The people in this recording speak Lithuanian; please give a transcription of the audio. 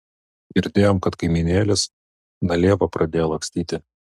girdėjom kad kaimynėlis na lieva pradėjo lakstyti